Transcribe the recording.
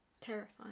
Terrifying